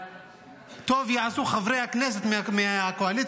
טוב יעשו חברי הכנסת מהקואליציה,